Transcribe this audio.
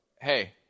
hey